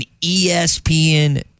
ESPN